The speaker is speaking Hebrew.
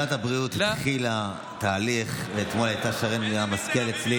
סוף-סוף יש דבר שהוא בקונסנזוס,